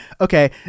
okay